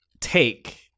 take